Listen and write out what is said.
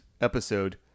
episode